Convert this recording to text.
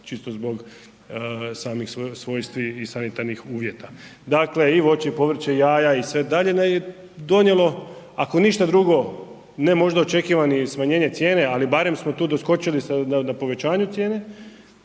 čisto zbog samog svojstva i sanitarnih uvjeta. Dakle i voće i povrće i jaja je donijelo ako ništa drugo ne možda očekivane smanjenje cijene, ali barem smo tu doskočili povećanju cijene,